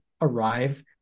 arrive